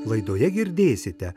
laidoje girdėsite